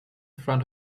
front